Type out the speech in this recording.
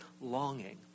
longing